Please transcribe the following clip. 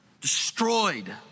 destroyed